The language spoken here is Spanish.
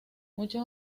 muchos